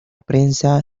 prensa